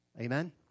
Amen